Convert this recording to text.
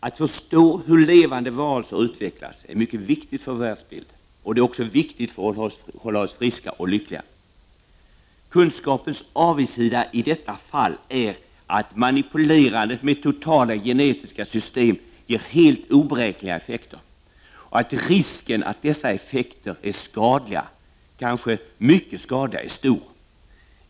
Att förstå hur levande varelser utvecklats är mycket viktigt för vår världsbild, och det är också viktigt för att hålla oss friska och lyckliga. Kunskapens avigsida i detta fall är att manipulerandet med totala genetiska system ger helt oberäkneliga effekter och att risken att dessa effekter är skadliga, kanske mycket skadliga, är stor.